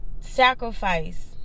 Sacrifice